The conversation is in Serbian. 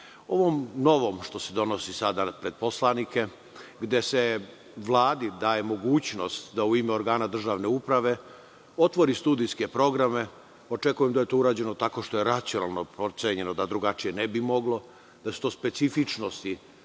novo što se donosi pred poslanike gde se Vladi daje mogućnost da u ime organa državne uprave otvori studijske programe, očekujem da je to urađeno tako što je racionalno procenjeno da drugačije ne bi moglo. To su specifičnosti